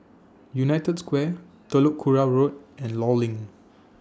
United Square Telok Kurau Road and law LINK